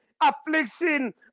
affliction